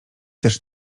też